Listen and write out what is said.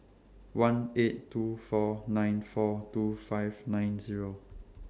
one eight two four nine four two five nine Zero